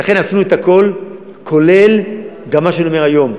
ולכן עשינו את הכול, כולל גם מה שאני אומר היום.